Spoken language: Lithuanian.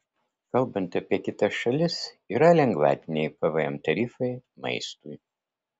kalbant apie kitas šalis yra lengvatiniai pvm tarifai maistui